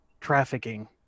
trafficking